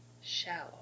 shallow